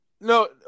No